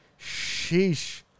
Sheesh